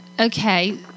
okay